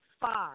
five